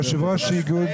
יושב ראש ארגון נכי צה"ל.